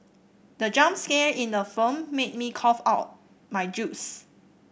the jump scare in the film made me cough out my juice